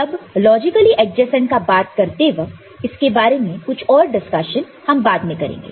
जब logically adjacent का बात करते वक्त इसके बारे में कुछ और डिस्कशन हम बाद में करेंगे